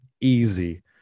easy